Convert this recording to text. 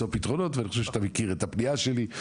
פתרונות ואני חושב שאתה מכיר את הפניה שלי,